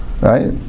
Right